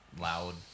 loud